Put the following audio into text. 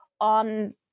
on